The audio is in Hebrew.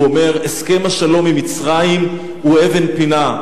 הוא אומר: הסכם השלום עם מצרים הוא אבן פינה.